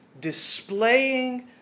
displaying